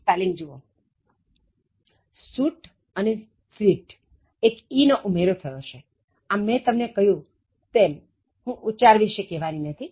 spelling જુઓ suit અને suite એક e નો ઉમેરો થયો છે આમ મેં તમને કહ્યું તેમ હું ઉચ્ચાર વિશે કાંઈ કહેવાની નથી